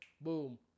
boom